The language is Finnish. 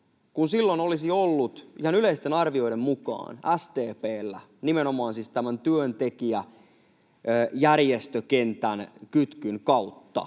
Silloin ihan yleisten arvioiden mukaan SDP:llä nimenomaan tämän työntekijäjärjestökentän kytkyn kautta